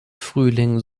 frühling